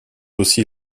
aussi